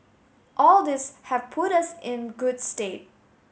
all these have put us in good stead